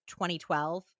2012